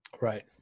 Right